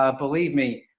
ah believe me.